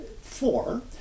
four